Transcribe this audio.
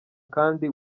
kandi